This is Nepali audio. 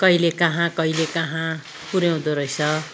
कहिले कहाँ कहिले कहाँ पुर्याउँदो रहेछ